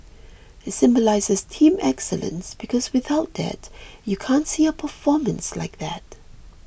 it symbolises team excellence because without that you can't see a performance like that